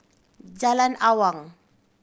Jalan Awang